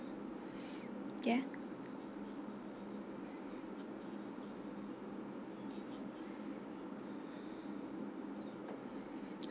ya